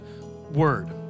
word